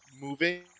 moving